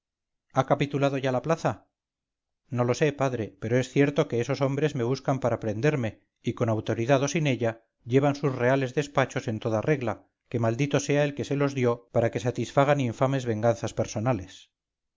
ha capitulado ya la plaza no lo sé padre pero es lo cierto que esos hombres me buscan para prenderme y con autoridad o sin ella llevan sus reales despachos en toda regla que maldito sea el que se los dio para que satisfagan infames venganzas personales